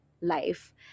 life